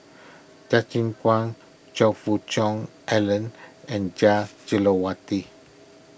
Justin Zhuang Choe Fook Cheong Alan and Jah Jelawati